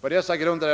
På dessa grunder